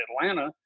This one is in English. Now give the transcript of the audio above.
Atlanta